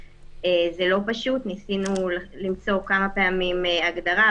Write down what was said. ניסינו למצוא כמה פעמים הגדרה,